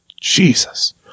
Jesus